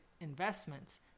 investments